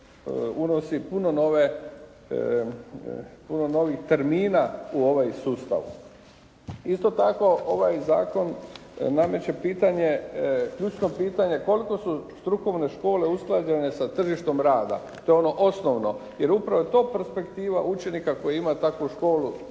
unosi puno novih termina u ovaj sustav. Isto tako ovaj zakon nameće pitanje, ključno pitanje koliko su strukovne škole usklađene sa tržištem rada. To je ono osnovno, jer upravo je to perspektiva učenika koji ima takvu školu